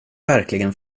verkligen